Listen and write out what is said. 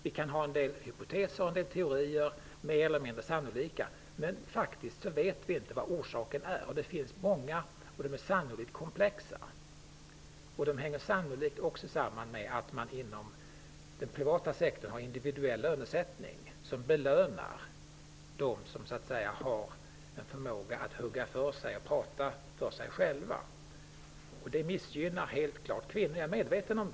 Vi kan ha olika teser och teorier som är mer eller mindre sannolika. Men faktiskt vet vi inte vad orsaken är. Det finns många, och de är sannolikt komplexa. De hänger sannolikt också samman med att man inom den privata sektorn har individuell lönesättning som belönar dem som har en förmåga att hugga för sig och tala för sig själva. Det missgynnar helt klart kvinnor -- det är jag medveten om.